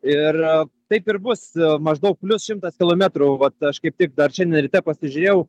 ir taip ir bus maždaug plius šimtas kilometrų vat aš kaip tik dar šiandien ryte pasižiūrėjau